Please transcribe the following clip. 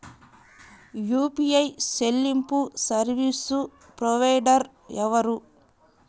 UPI చెల్లింపు service provider ఎవరు?